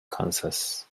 kansas